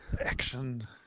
Action